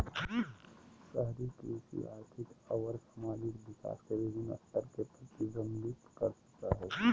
शहरी कृषि आर्थिक अउर सामाजिक विकास के विविन्न स्तर के प्रतिविंबित कर सक हई